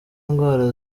ndwara